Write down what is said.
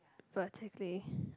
vertically